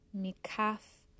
Mikaf